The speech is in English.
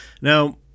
Now